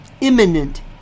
imminent